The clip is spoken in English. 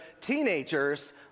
teenagers